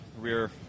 rear